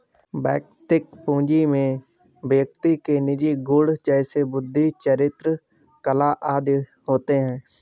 वैयक्तिक पूंजी में व्यक्ति के निजी गुण जैसे बुद्धि, चरित्र, कला आदि होते हैं